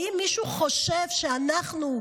האם מישהו חושב שאנחנו,